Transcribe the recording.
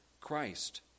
Christ